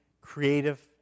creative